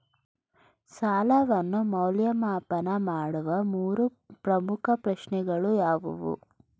ಸಾಲವನ್ನು ಮೌಲ್ಯಮಾಪನ ಮಾಡುವ ಮೂರು ಪ್ರಮುಖ ಪ್ರಶ್ನೆಗಳು ಯಾವುವು?